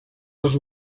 les